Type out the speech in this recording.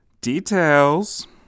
Details